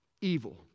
evil